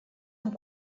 amb